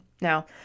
Now